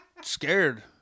scared